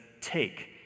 take